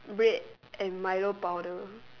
bread and milo powder